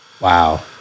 wow